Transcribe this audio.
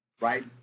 Right